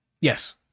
Yes